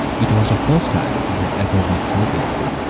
it was the first time he had ever been so ill,